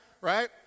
right